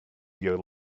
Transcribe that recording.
your